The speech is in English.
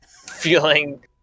...feeling